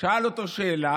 שאל אותו שאלה,